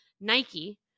Nike